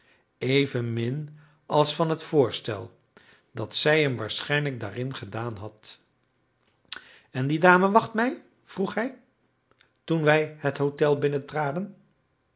evenmin als van het voorstel dat zij hem waarschijnlijk daarin gedaan had en die dame wacht mij vroeg hij toen wij het hotel